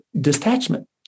detachment